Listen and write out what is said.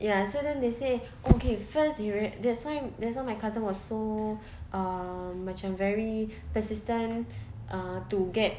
ya so and then they say okay first that's why that's why my cousin was so um macam very persistent uh to get